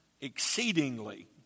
exceedingly